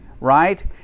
right